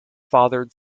fathered